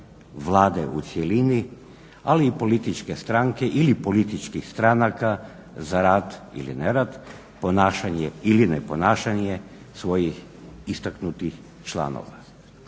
Vlade u cjelini, ali i političke stranke ili političkih stranaka za rad ili nerad, ponašanje ili neponašanje svojih istaknutih članova.